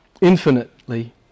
infinitely